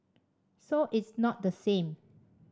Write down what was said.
so it's not the same